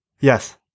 Yes